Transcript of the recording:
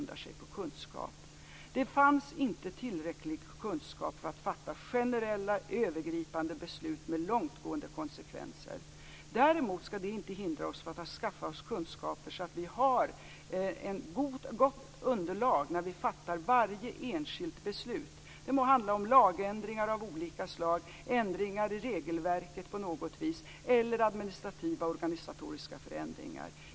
Det fanns inte tillräcklig kunskap för att fatta generella, övergripande beslut med långtgående konsekvenser. Däremot skall det inte hindra oss från att skaffa oss kunskaper så att vi har ett gott underlag när vi fattar varje enskilt beslut, det må handla om lagändringar av olika slag, ändringar i regelverket på något vis eller administrativa och organisatoriska förändringar.